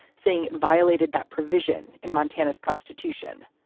saying it violated that provision in montana's constitution.